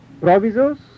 provisos